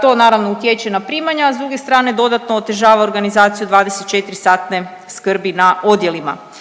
to naravno utječe na primanja, a s druge strane dodatno otežava organizaciju 24-satne skrbi na odjelima.